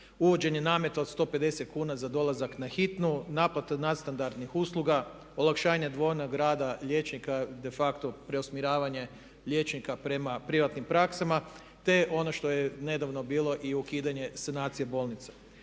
uvođenje nameta od 150 kn za dolazak na Hitnu, naplata nadstandardnih usluga, olakšanje odvojenog rada liječnika de facto preusmjeravanje liječnika prema privatnim praksama te ono što je nedavno bilo i ukidanje sanacije bolnica.